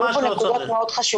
העלו פה נקודות מאוד חשובות.